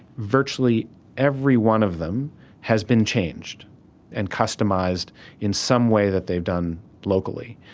virtually every one of them has been changed and customized in some way that they've done locally.